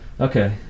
Okay